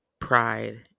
pride